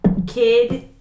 Kid